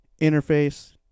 Interface